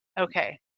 okay